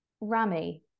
Rami